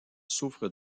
souffrent